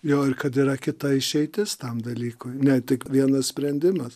jo kad yra kita išeitis tam dalykui ne tik vienas sprendimas